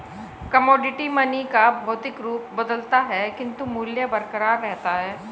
commodity money का भौतिक रूप बदलता है किंतु मूल्य बरकरार रहता है